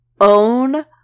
own